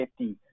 50